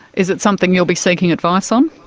is it something you'll be seeking advice um